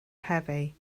heavy